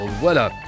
voilà